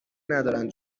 ندارن